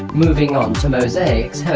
moving on to mosaic's